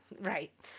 right